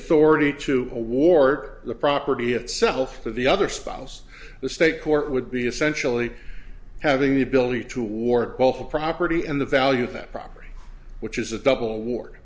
authority to award the property itself to the other spouse the state court would be essentially having the ability to war all her property and the value of that property which is a double award